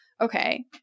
Okay